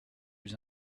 plus